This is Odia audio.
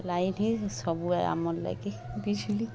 ଲାଇଟ୍ ହିଁ ସବୁ ଆମର୍ ଲାଗି ବିଜୁଲି